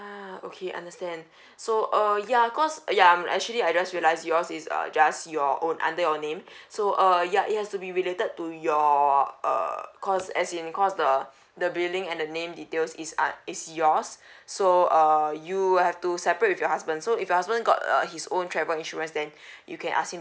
ah okay understand so uh ya cause ya I'm actually I just realise yours is err just your own under your name so uh ya it has to be related to your err cause as in cause the the building and the name details is uh is yours so err you will have to separate with your husband so if your husband got err his own travel insurance then you can ask him